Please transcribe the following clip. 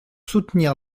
soutenir